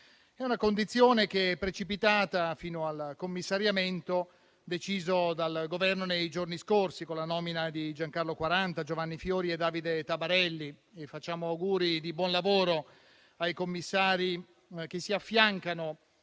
È una condizione che è precipitata fino al commissariamento deciso dal Governo nei giorni scorsi con la nomina di Giancarlo Quaranta, Giovanni Fiori e Davide Tabarelli. Rivolgiamo auguri di buon lavoro ai commissari che si affiancano